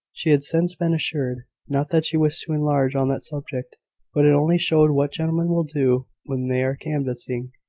she had since been assured not that she wished to enlarge on that subject but it only showed what gentlemen will do when they are canvassing.